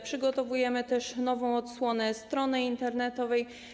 Przygotowujemy też nową odsłonę strony internetowej.